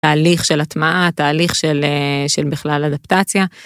תהליך של הטמעה, תהליך של בכלל אדפטציה.